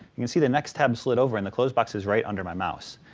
you can see the next tab slid over and the close box is right under my mouse.